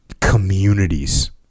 communities